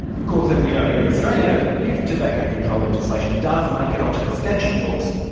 of course as we know here in australia, if tobacco control legislation does make it onto the statute books,